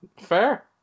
Fair